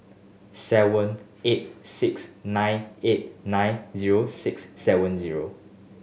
seven eight six nine eight nine zero six seven zero